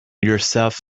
yourself